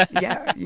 yeah.